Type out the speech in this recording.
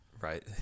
Right